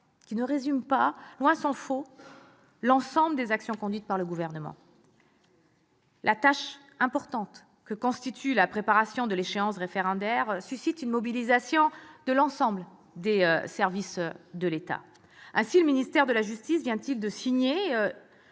ne résume pas, tant s'en faut, l'ensemble des actions conduites par le Gouvernement. La tâche importante que constitue la préparation de l'échéance référendaire suscite une mobilisation de l'ensemble des services de l'État. Ainsi, comme vous l'aviez souhaité, le ministère de la justice vient-il de désigner